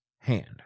hand